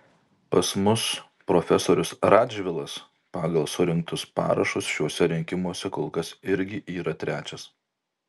pas mus profesorius radžvilas pagal surinktus parašus šiuose rinkimuose kol kas irgi yra trečias